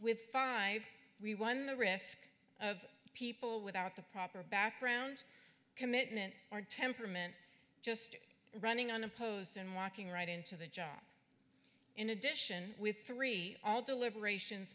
with five three one the risk of people without the proper background commitment or temperament just running unopposed and walking right into the job in addition with three all deliberations